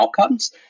outcomes